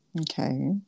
Okay